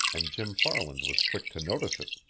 and jim farland was quick to notice it.